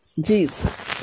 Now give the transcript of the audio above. Jesus